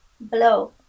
Blow